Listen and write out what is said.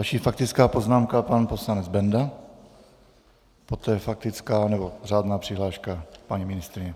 Další faktická poznámka, pan poslanec Benda, poté faktická nebo řádná přihláška, paní ministryně.